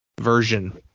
version